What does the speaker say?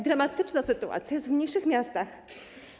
Dramatyczna sytuacja jest w mniejszych miastach.